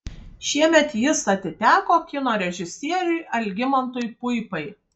šiemet jis atiteko kino režisieriui algimantui puipai